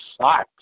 sucks